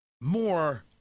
more